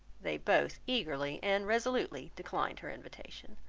they both eagerly and resolutely declined her invitation.